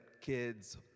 kids